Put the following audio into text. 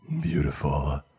Beautiful